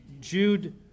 Jude